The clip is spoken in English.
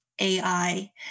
AI